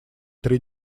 три